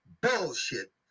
Bullshit